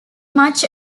much